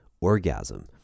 orgasm